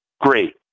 Great